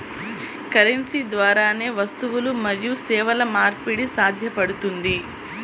currency ద్వారానే వస్తువులు మరియు సేవల మార్పిడి సాధ్యపడుతుంది